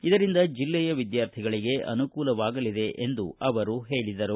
ಇದರಿಂದ ಜಿಲ್ಲೆಯ ವಿದ್ವಾರ್ಥಿಗಳಿಗೆ ಅನುಕೂಲವಾಗಲಿದೆ ಎಂದು ಅವರು ಹೇಳಿದರು